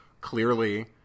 Clearly